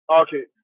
okay